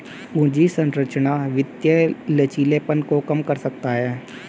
पूंजी संरचना वित्तीय लचीलेपन को कम कर सकता है